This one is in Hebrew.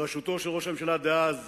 בראשותו של ראש הממשלה דאז